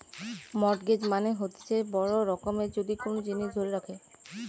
mortgage মানে হতিছে বড় রকমের যদি কোন জিনিস ধরে রাখে